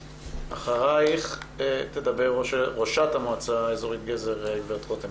אחרייך תדבר ראשת המועצה האזורית גזר, גברת רותם